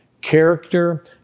Character